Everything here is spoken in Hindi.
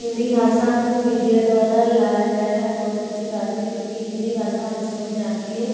हिन्दी भाषा को मीडिया द्वारा लाया गया है बहुत अच्छी बात है क्योंकि हिन्दी भाषा हमें समझ में आती है